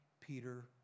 Peter